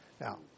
Now